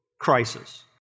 crisis